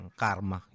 karma